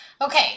Okay